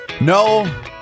No